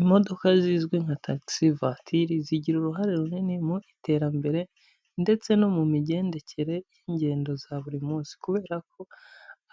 Imodoka zizwi nka tagisi vuwatire, zigira uruhare runini mu iterambere ndetse no mu migendekere y'ingendo za buri munsi, kubera ko